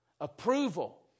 Approval